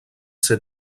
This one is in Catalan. ser